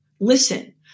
listen